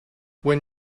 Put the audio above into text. when